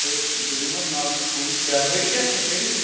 تہٕ بہٕ دِمَس نظر بہٕ وٕچھ کیٛاہ ہیٚرِ کیٛاہ چھُس ہیٚرِ